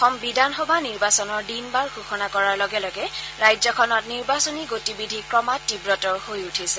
অসম বিধানসভা নিৰ্বাচনৰ দিন বাৰ ঘোষণা কৰাৰ লগে লগে ৰাজ্যখনত নিৰ্বাচনী গতিবিধি ক্ৰমাৎ তীৱতৰ হৈ উঠিছে